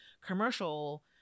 commercial